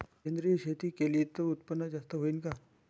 सेंद्रिय शेती केली त उत्पन्न जास्त होईन का?